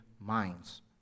minds